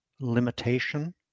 limitation